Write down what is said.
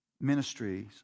Ministries